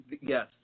yes